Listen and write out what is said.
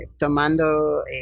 tomando